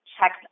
checked